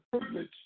privilege